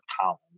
Collins